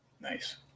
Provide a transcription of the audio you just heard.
Nice